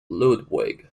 ludwig